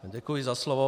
Děkuji za slovo.